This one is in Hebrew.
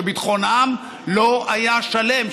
שביטחונם לא היה שלם,